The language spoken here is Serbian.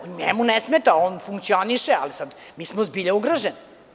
Njemu ne smeta, on funkcioniše, ali sad, mi smo zbilja ugroženi.